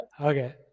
okay